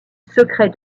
secret